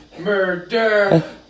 Murder